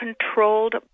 controlled